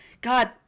God